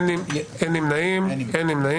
אין נמנעים.